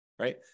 Right